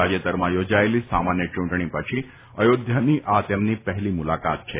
તાજેતરમાં યોજાયેલી સામાન્ય ચૂંટણી પછી અયોધ્યાની આ તેમની પહેલી મુલાકાત છે